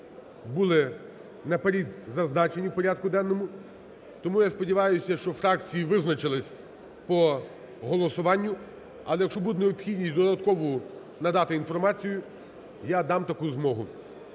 були наперед зазначені у порядку денному. Тому я сподіваюся, що фракції визначились по голосуванню, але якщо буде необхідність додаткову надати інформацію, я дам таку змогу.